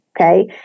okay